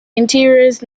interiors